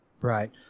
right